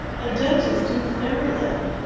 a dentist in fairyland!